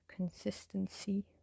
consistency